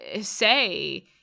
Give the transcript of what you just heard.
say